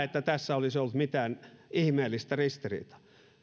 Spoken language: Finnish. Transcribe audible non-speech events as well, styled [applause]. [unintelligible] että tässä olisi ollut mitään ihmeellistä ristiriitaa